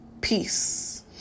Peace